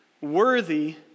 worthy